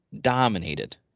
dominated